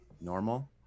normal